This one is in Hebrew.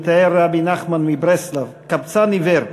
מתאר רבי נחמן מברסלב קבצן עיוור שמתגאה,